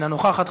אינה נוכחת,